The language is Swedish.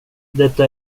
detta